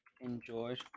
enjoyed